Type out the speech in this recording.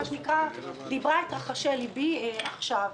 היא בדיוק דיברה את רחשי לבי עכשיו.